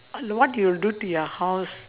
uh what do you do to your house